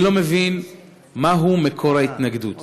אני לא מבין מהו מקור ההתנגדות.